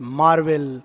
marvel